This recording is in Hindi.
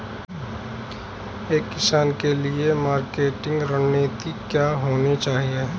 एक किसान के लिए मार्केटिंग रणनीति क्या होनी चाहिए?